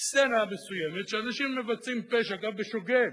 סצנה מסוימת, שאנשים מבצעים פשע גם בשוגג,